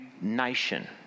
nation